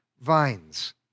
vines